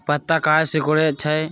पत्ता काहे सिकुड़े छई?